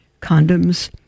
condoms